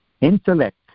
Intellect